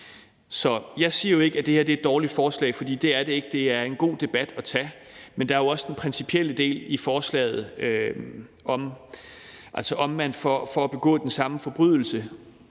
jeg siger jo ikke, at det her er et dårligt forslag, for det er det ikke. Det er en god debat at tage. Men der er jo også den principielle del i forslaget om, om der for at have begået den samme forbrydelse